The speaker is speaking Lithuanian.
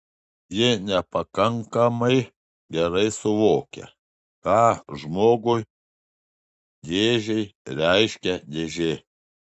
ji nepakankamai gerai suvokia ką žmogui dėžei reiškia dėžė